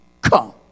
come